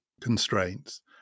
constraints